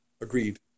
agreed